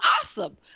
awesome